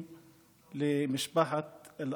לשינוי פקודת המשטרה, שהייתה בשבועיים